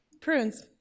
Prunes